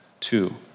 two